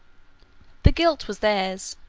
the guilt was theirs,